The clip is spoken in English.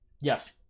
Yes